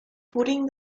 putting